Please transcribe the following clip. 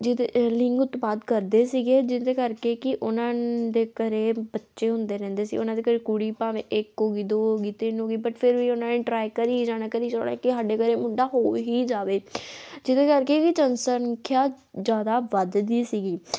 ਜਿਹਦੇ ਲਿੰਗ ਉਤਪਾਦ ਕਰਦੇ ਸੀਗੇ ਜਿਹਦੇ ਕਰਕੇ ਕਿ ਉਹਨਾਂ ਦੇ ਘਰ ਬੱਚੇ ਹੁੰਦੇ ਰਹਿੰਦੇ ਸੀ ਉਹਨਾਂ ਦੇ ਘਰ ਕੁੜੀ ਭਾਵੇਂ ਇੱਕ ਹੋ ਗਈ ਦੋ ਹੋ ਗਈ ਤਿੰਨ ਹੋ ਗਈ ਬਟ ਫਿਰ ਵੀ ਉਹਨਾਂ ਨੇ ਟਰਾਈ ਕਰੀ ਜਾਣਾ ਕਰੀ ਜਾਣਾ ਕਿ ਸਾਡੇ ਘਰ ਮੁੰਡਾ ਹੋ ਵੀ ਹੀ ਜਾਵੇ ਜਿਹਦੇ ਕਰਕੇ ਕਿ ਜਨਸੰਖਿਆ ਜ਼ਿਆਦਾ ਵੱਧਦੀ ਸੀਗੀ